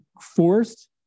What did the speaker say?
forced